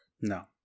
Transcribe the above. No